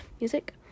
music